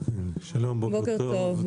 בוקר טוב.